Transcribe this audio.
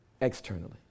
externally